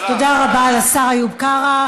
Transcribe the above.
תודה רבה לשר איוב קרא.